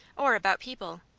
or about people.